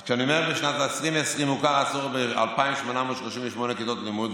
אז כשאני אומר שבשנת 2020 הוכר הצורך ב-2,838 כיתות לימוד,